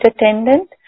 attendant